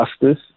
justice